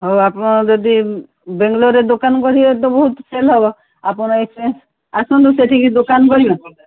ହଉ ଆପଣ ଯଦି ବେଙ୍ଗାଲୋରରେ ଦୋକାନ କରିବେ ତ ବହୁତ ସେଲ ହେବ ଆପଣ ଏଠିକି ଆସନ୍ତୁ ସେଠି ଦୋକାନ କରିବା